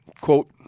quote